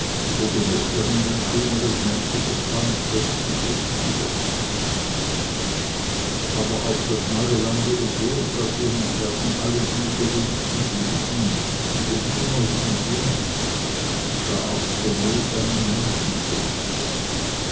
oder durch irgendein schöneres menschliches band festgebunden wurden aber auch das neue land ihres wohlergehens werden alle diese wenigstens lieben müssen wo sie immerhin sind und auch da zur not einen menschen vorstellen